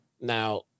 Now